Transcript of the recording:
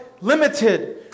limited